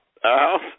house